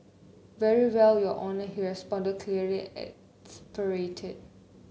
very well your Honour he responded clearly exasperated